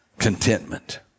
contentment